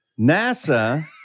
NASA